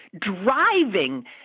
driving